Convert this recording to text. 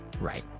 Right